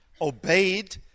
obeyed